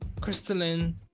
crystalline